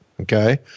okay